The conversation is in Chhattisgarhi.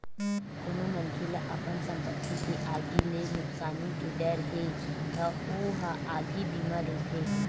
कोनो मनखे ल अपन संपत्ति के आगी ले नुकसानी के डर हे त ओ ह आगी बीमा लेथे